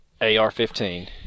AR-15